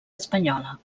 espanyola